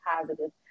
positive